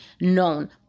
known